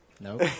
Nope